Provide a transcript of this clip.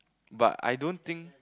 but I don't think